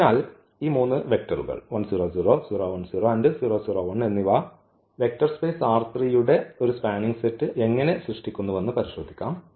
അതിനാൽ ഈ എന്നീ വെക്ടറുകൾ വെക്റ്റർ സ്പേസ് യുടെ ഒരു സ്പാനിംഗ് സെറ്റ് എങ്ങനെ സൃഷ്ടിക്കുന്നുവെന്ന് പരിശോധിക്കാം